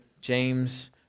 James